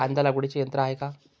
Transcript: कांदा लागवडीचे यंत्र आहे का?